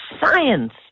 science